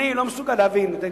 אני לא מסוגל להבין את ההתנגדות,